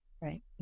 Right